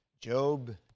Job